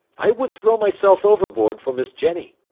i would throw myself overboard for miss jenny.